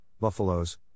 Buffaloes